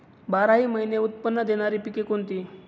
बाराही महिने उत्त्पन्न देणारी पिके कोणती?